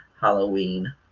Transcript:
halloween